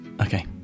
Okay